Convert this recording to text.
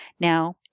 Now